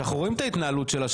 ואנחנו רואים את ההתנהלות שלה,